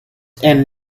and